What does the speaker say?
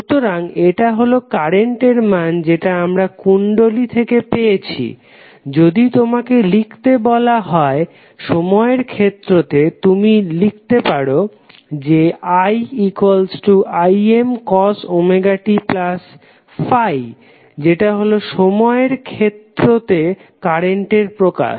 সুতরাং এটা হলো কারেন্টের মান যেটা আমরা কুণ্ডলী থেকে পেয়েছি যদি তোমাকে লিখতে বলা হয় সময়ের ক্ষেত্রতে তুমি লিখতে পারো যে iImcos ωt∅ যেটা হলো সময়ের ক্ষেত্র তে কারেন্টের প্রকাশ